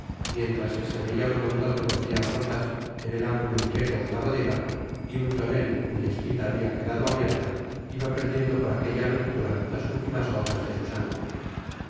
mientras qne se veia un monton de botellas rotas en el ángulo izquierdo de la bodega y un tonel cuya espita habia quedado abierta iba perdiendo por aquella abertura las últimas gotas de su sangre